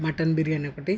mutton biryani ఒకటి